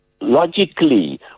Logically